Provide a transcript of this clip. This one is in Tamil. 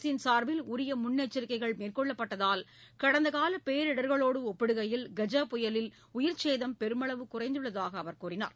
அரசின் சார்பில் உரிய முன்னெச்சரிக்கைகள் மேற்கொள்ளப்பட்டதால் கடந்தகால பேரிடர்களோடு ஜப்பிடுகையில் கஜா புயலில் உயிர்ச்சேதம் பெருமளவு குறைந்துள்ளதாக அவர் கூறினார்